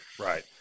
Right